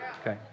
Okay